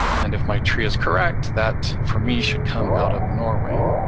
and if my tree is correct, that for me should come out of norway.